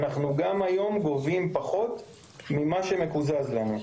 כבר היום אנחנו גובים פחות ממה שמקוזז לנו.